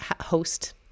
host